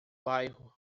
bairro